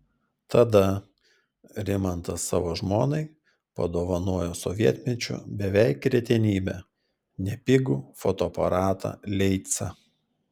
tada rimantas savo žmonai padovanojo sovietmečiu beveik retenybę nepigų fotoaparatą leica